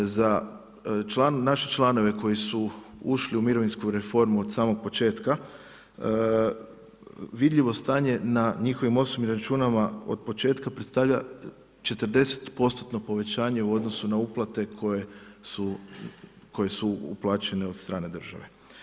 Za naše članove koji su ušli u mirovinsku reformu od samog početka vidljivo stanje na njihovim osobnim računima od početka predstavlja 40%-tno povećanje u odnosu na uplate koje su uplaćene od strane države.